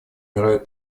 умирают